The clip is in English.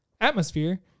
atmosphere